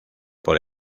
por